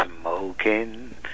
smoking